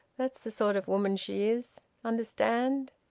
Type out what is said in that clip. that's the sort of woman she is. understand?